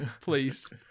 please